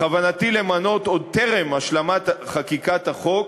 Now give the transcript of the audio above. בכוונתי למנות עוד טרם השלמת חקיקת החוק